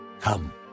Come